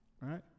Right